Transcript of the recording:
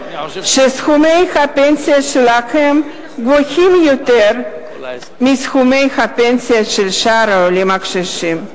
שסכומי הפנסיה שלהם גבוהים מסכומי הפנסיה של שאר העולים הקשישים.